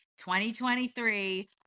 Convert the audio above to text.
2023